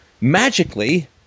magically